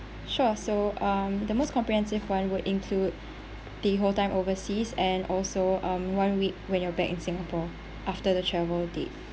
sure so um the most comprehensive one would include the whole time overseas and also um one week when you're back in singapore after the travel date